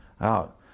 out